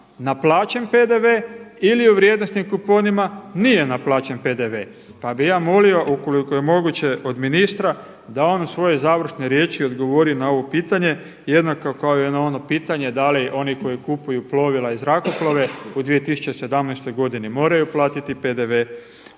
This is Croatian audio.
naplaćen PDV ili u vrijednosnim kuponima nije naplaćen PDV? Pa bi ja molio ukoliko je moguće od ministra da on u svojoj završnoj riječi odgovori na ovo pitanje jednako kao i na ono pitanje da li oni koji kupuju plovila i zrakoplove u 2017. godini moraju platiti PDV